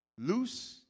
Loose